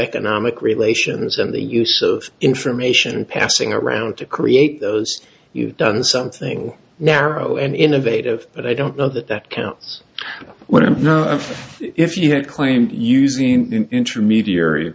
economic relations and the use of information passing around to create those you've done something narrow and innovative but i don't know that that counts when i know if you had claimed using an intermediary